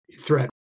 threat